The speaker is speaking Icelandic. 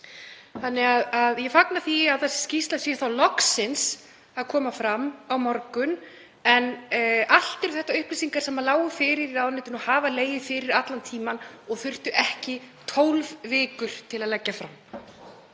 sínu. Ég fagna því að skýrslan sé loksins að koma fram á morgun, en allt eru þetta upplýsingar sem lágu fyrir í ráðuneytinu og hafa legið fyrir allan tímann og þurfti ekki 12 vikur til að leggja fram.